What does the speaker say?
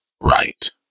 right